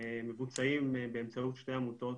מבוצעים באמצעות שתי עמותות